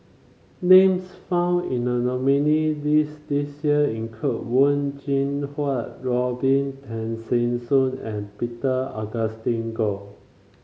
names found in the nominee list this year include Wen Jinhua Robin Tessensohn and Peter Augustine Goh